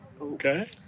Okay